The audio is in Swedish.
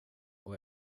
och